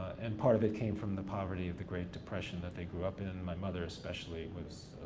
and part of it came from the poverty of the great depression that they grew up in, my mother especially was